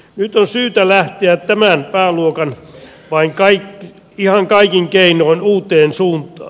nyt on syytä tämän pääluokan lähteä ihan kaikin keinoin uuteen suuntaan